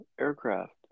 aircraft